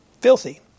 filthy